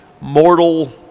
mortal